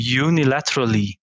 unilaterally